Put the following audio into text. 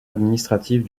administrative